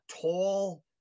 tall